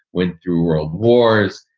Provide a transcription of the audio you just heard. went through world wars.